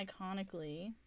iconically